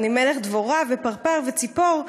/ אני מלך דבורה ופרפר וציפור.